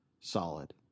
solid